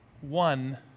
one